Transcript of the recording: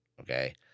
Okay